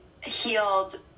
healed